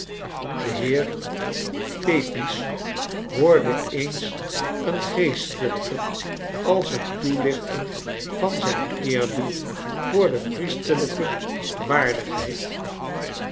de heer pepys hoorde eens een geestelijke als een toelichting van zijn eerbied voor de priesterlijke waardigheid